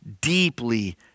deeply